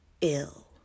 ill